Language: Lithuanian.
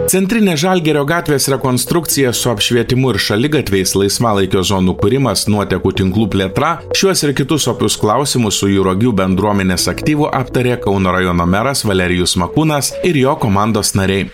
centrinė žalgirio gatvės rekonstrukcija su apšvietimu ir šaligatviais laisvalaikio zonų kūrimas nuotekų tinklų plėtra šiuos ir kitus opius klausimus su juragių bendruomenės aktyvu aptarė kauno rajono meras valerijus makūnas ir jo komandos nariai